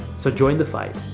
so join the fight.